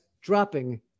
dropping